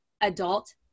adult